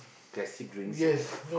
gassy drinks right